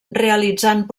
realitzant